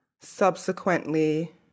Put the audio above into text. subsequently